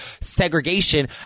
segregation